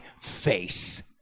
face